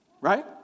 Right